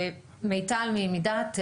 מיטל מדעת,